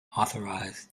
authorized